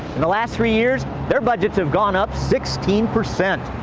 in the last three years their budgets have gone up sixteen percent.